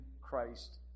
Christ